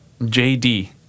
JD